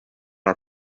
our